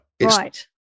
Right